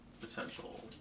potential